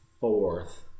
fourth